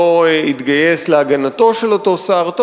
לא התגייס להגנתו של אותו שר.